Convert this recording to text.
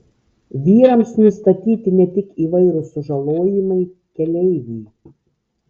vyrams nustatyti ne tik įvairūs sužalojimai keleiviui